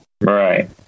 Right